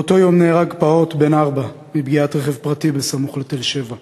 באותו היום נהרג פעוט בן ארבע מפגיעת רכב פרטי סמוך לתל-שבע,